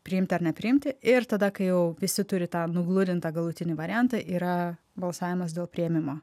priimti ar nepriimti ir tada kai jau visi turi tą nugludintą galutinį variantą yra balsavimas dėl priėmimo